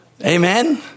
Amen